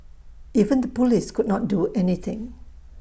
even the Police could not do anything